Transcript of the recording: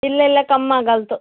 ಇಲ್ಲ ಇಲ್ಲ ಕಮ್ ಆಗಲ್ತು